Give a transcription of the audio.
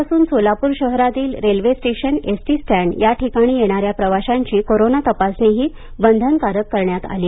आजपासून सोलापूर शहरातील railway station ST stand या ठिकाणी येणाऱ्या प्रवाशांची कोरोना तपासणीही बंधनकारक करण्यात आली आहे